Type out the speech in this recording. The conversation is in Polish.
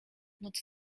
nocy